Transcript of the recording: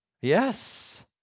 Yes